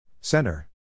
Center